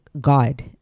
God